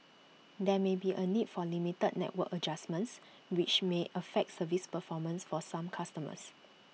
there may be A need for limited network adjustments which may affect service performance for some customers